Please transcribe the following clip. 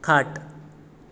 खाट